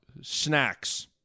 Snacks